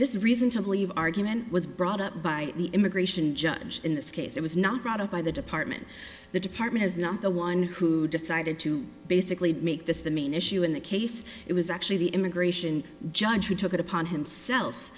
this is reason to believe argument was brought up by the immigration judge in this case it was not brought up by the department the department is not the one who decided to basically make this the main issue in the case it was actually the immigration judge who took it upon himself